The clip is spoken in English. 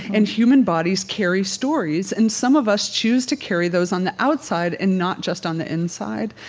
and human bodies carry stories and some of us choose to carry those on the outside and not just on the inside.